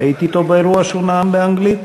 הייתי אתו באירוע שהוא נאם בו באנגלית,